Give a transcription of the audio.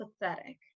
pathetic